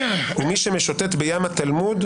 ומי שמשוטט בים התלמוד,